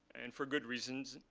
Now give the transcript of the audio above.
and for good reasons.